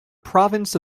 province